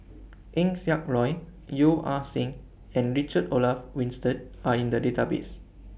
Eng Siak Loy Yeo Ah Seng and Richard Olaf Winstedt Are in The Database